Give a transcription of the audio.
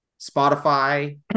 spotify